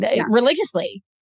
religiously